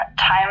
time